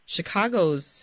Chicago's